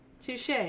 touche